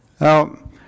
Now